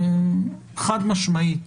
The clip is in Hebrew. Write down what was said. חד משמעית,